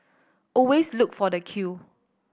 always look for the queue